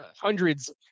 hundreds